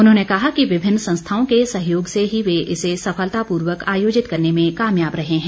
उन्होंने कहा कि विभिन्न संस्थाओं के सहयोग से ही वे इसे सफलतापूर्वक आयोजित करने में कामयाब रहे हैं